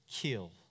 kill